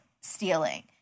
stealing